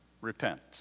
repent